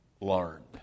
learned